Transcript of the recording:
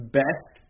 best